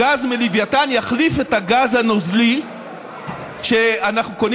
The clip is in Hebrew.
הגז מלווייתן יחליף את הגז הנוזלי שאנחנו קונים